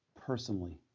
personally